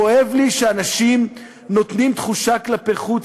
כואב לי שאנשים נותנים תחושה כלפי חוץ